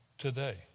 today